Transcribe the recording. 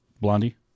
Blondie